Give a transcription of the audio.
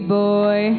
boy